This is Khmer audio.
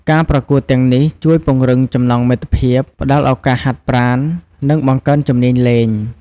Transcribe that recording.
ការប្រកួតទាំងនេះជួយពង្រឹងចំណងមិត្តភាព ផ្តល់ឱកាសហាត់ប្រាណ និងបង្កើនជំនាញលេង។